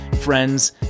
friends